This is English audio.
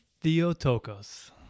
Theotokos